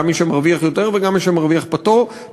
גם מי שמרוויח יותר וגם מי שמרוויח פחות,